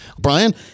Brian